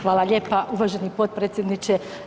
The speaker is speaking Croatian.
Hvala lijepa uvaženi potpredsjedniče.